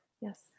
Yes